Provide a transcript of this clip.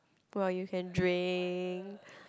!wah! you can drink